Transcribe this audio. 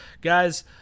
Guys